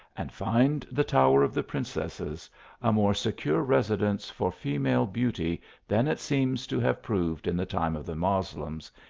and find the tower of the prin cesses a more secure residence for female beauty than it seems to have proved in the time of the moslems,